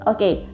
Okay